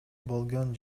болгон